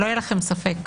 שלא יהיה לכם ספק.